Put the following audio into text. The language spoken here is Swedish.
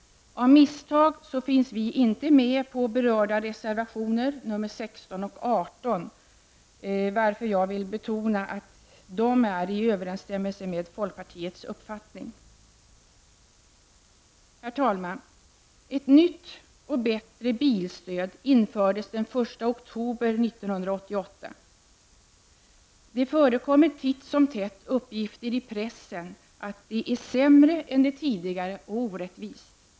Av misstag finns vi inte med på berörda reservationer, nr 16 och 18, varför jag vill betona att dessa är i överensstämmelse med folkpartiets uppfattning. Herr talman! Ett nytt och bättre bilstöd infördes den 1 oktober 1988. Det förekommer titt och tätt uppgifter i pressen om att det är sämre än det tidigare och orättvist.